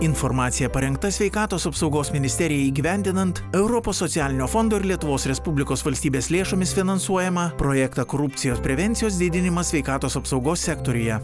informacija parengta sveikatos apsaugos ministerijai įgyvendinant europos socialinio fondo ir lietuvos respublikos valstybės lėšomis finansuojamą projektą korupcijos prevencijos didinimas sveikatos apsaugos sektoriuje